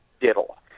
diddle